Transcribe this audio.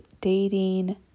dating